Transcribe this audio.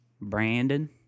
Brandon